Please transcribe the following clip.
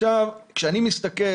נציג